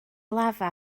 lafa